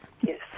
Yes